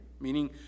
Meaning